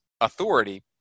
authority